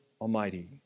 Almighty